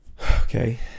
okay